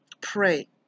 Pray